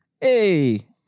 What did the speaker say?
Hey